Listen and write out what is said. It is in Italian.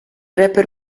rapper